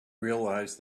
realized